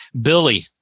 Billy